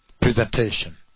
Presentation